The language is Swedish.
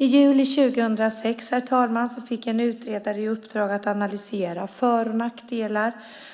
I juli 2006, herr talman, fick en utredare i uppdrag att analysera för och nackdelar